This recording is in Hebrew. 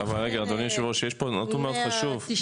190. יש כאן נתון מאוד חשוב,